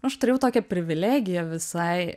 aš turėjau tokią privilegiją visai